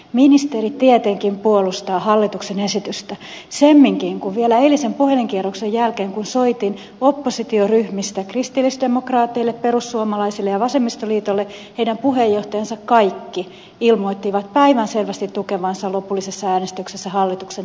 ministeri tietenkin puolustaa hallituksen esitystä semminkin kun vielä eilisen puhelinkierroksen jälkeen kun soitin oppositioryhmistä kristillisdemokraateille perussuomalaisille ja vasemmistoliitolle niiden kaikkien puheenjohtajat ilmoittivat päivänselvästi tukevansa lopullisessa äänestyksessä hallituksen esitystä